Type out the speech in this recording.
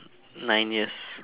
nine years